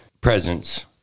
presence